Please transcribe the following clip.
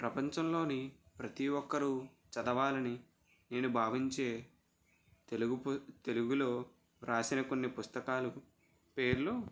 ప్రపంచంలోని ప్రతి ఒక్కరూ చదవాలని నేను భావించే తెలుగు పు తెలుగులో రాసిన కొన్ని పుస్తకాలు పేర్లు